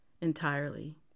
entirely